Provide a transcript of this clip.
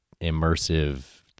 immersive